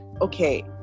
okay